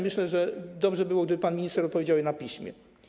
Myślę, że dobrze by było, gdyby pan minister odpowiedział na nie na piśmie.